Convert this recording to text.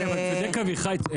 צודק אביחי.